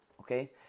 okay